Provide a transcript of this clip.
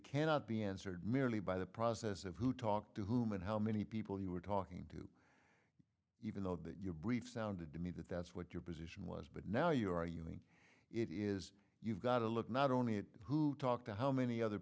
cannot be answered merely by the process of who talked to whom and how many people you were talking to even though that your brief sounded to me that that's what your position was but now you're arguing it is you've got to look not only at who talked to how many other